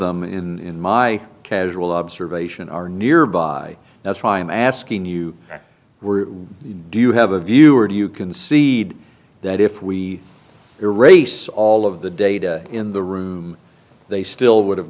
them in my casual observation are nearby that's why i'm asking you that were do you have a view or do you concede that if we erase all of the data in the room they still would have